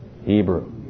Hebrew